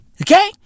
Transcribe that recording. Okay